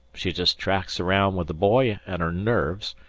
she just tracks around with the boy and her nerves,